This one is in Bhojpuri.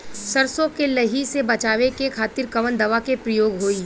सरसो के लही से बचावे के खातिर कवन दवा के प्रयोग होई?